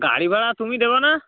গাড়ি ভাড়া তুমি দেবা না